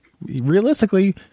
realistically